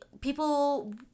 people